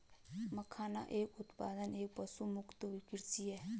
मखाना का उत्पादन एक पशुमुक्त कृषि है